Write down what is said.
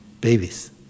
babies